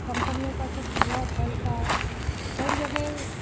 कम्पनियों का सब धुआँ फैलता है कई जगह